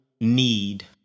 need